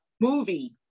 movie